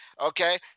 okay